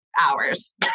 hours